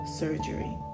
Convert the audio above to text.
surgery